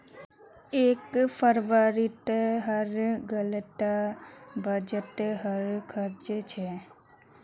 एक फरवरीत हर गलीत बजटे र चर्चा छ